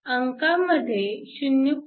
अंकांमध्ये 0